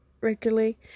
regularly